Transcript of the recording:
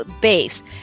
base